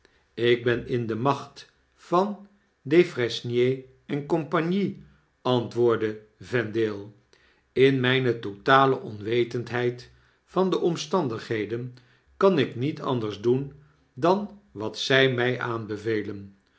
ik ben in de macht van-defresnier en compagnie antwoordde vendale in mgne totale onwetendheid van de omstandigheden kan ik niet anders doen dan wat zjj mg aanbevelen